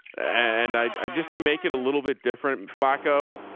and i just to make it a little bit different flaco.